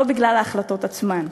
לא בגלל ההחלטות עצמן.